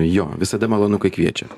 jo visada malonu kai kviečia